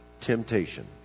temptation